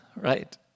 right